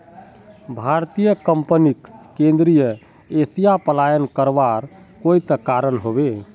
भारतीय कंपनीक केंद्रीय एशिया पलायन करवार कोई त कारण ह बे